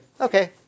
okay